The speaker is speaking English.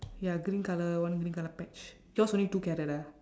ya green colour one green colour patch yours only two carrot ah